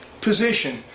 position